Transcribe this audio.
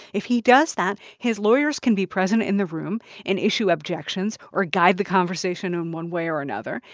if he does that, his lawyers can be present in the room and issue objections or guide the conversation in one way or another.